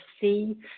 see